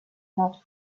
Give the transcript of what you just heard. not